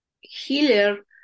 healer